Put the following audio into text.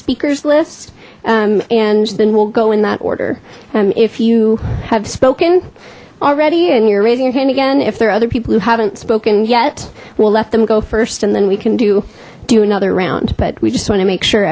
speaker's list and then we'll go in that order and if you have spoken already and you're raising your hand again if there are other people who haven't spoken yet we'll let them go first and then we can do do another round but we just want to make sure